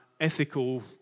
ethical